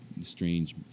strange